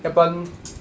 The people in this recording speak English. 要不然